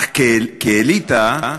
אך כאליטה,